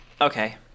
okay